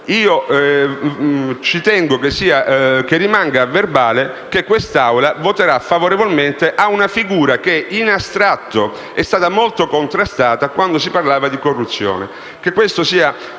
ci tengo che rimanga agli atti che quest'Assemblea voterà a favore di una figura che, in astratto, è stata molto contrastata quando si parlava di corruzione.